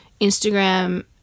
Instagram